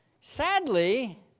Sadly